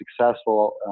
successful